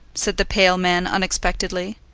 said the pale man unexpectedly.